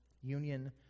union